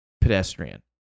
pedestrian